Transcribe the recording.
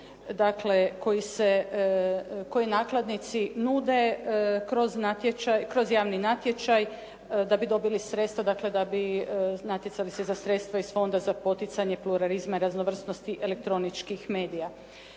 dakle koje nakladnici nude kroz javni natječaj da bi dobili sredstva, dakle da bi natjecali se za sredstva iz Fonda za poticanje pluralizma i raznovrsnosti elektroničkih medija.